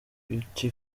beauty